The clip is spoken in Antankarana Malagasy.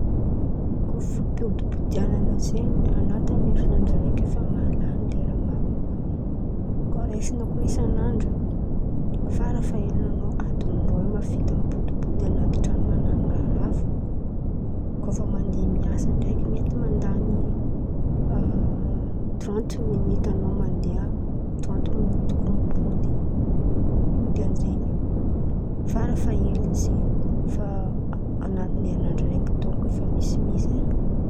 Kô fa fipodipodin̈ana zen̈y an̈atiny herinandra raiky efa malan̈y ora maromaro e. Kô rain̈iny kà isan'andra farafahilin̈y adin̈y aroe eo efa mavita mipodipody an̈aty tran̈o man̈ano rahara fo. Kô fa mandeha miasa ndraiky mety mandan̈y tranty miniota an̈ao mandeha, tranty miniota koa mipody dikanizeny farafahelin̈y zen̈y fa an̈atiny herinandra raiky dônko efa misimisy e!